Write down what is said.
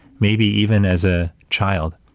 maybe even as a child,